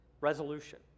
resolution